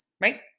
Right